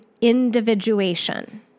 individuation